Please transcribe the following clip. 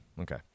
Okay